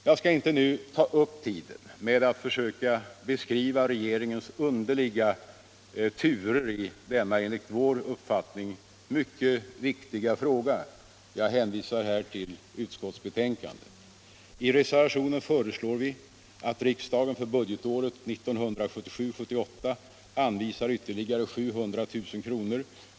Jag skall inte nu ta upp tiden med att försöka beskriva regeringens underliga turer i denna enligt vår uppfattning mycket viktiga fråga, utan jag hänvisar här till utskottsbetänkandet. I reservationen föreslår vi att riksdagen för budgetåret 1977/78 anvisar ytterligare 700 000 kr.